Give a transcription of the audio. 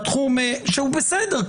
שהוא בסדר,